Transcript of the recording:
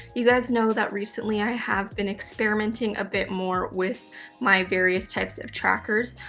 you guys know that recently i have been experimenting a bit more with my various types of trackers.